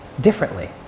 differently